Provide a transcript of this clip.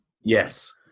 Yes